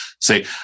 say